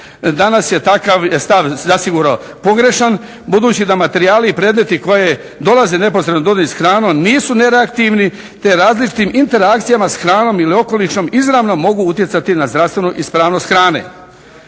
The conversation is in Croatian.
danas je takav stav zasigurno pogrešan budući da materijali i predmeti koji dolaze neposredno u dodir sa hranom nisu nereaktivni, te različitim interakcijama sa hranom ili okolišom izravno mogu utjecati na zdravstvenu ispravnost hrane.